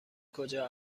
کجا